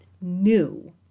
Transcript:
new